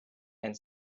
and